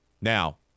Now